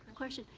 question,